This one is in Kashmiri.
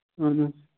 اَہن حظ